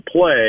play